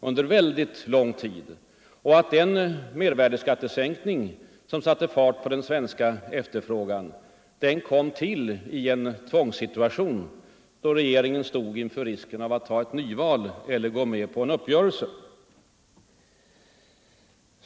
Jag vill också erinra om att den mervärdeskattesänkning som satte fart på den svenska efterfrågan kom till i en tvångssituation, då regeringen hade att väga risken av ett nyval mot en uppgörelse.